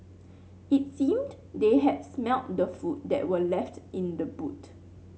it seemed they had smelt the food that were left in the boot